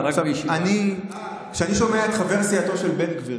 כשאני שומע את חבר סיעתו של בן גביר,